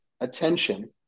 attention